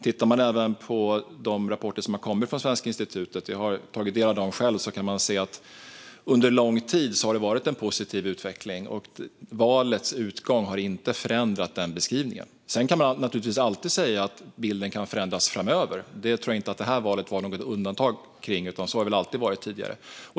Tittar man på de rapporter som har kommit från Svenska institutet - jag har tagit del av dem själv - kan man även se att det under lång tid har varit en positiv utveckling. Valets utgång har inte heller förändrat den beskrivningen. Sedan kan man naturligtvis alltid säga att bilden kan förändras framöver. Där tror jag inte att det här valet var något undantag, utan så har det väl alltid varit tidigare.